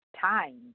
time